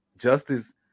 justice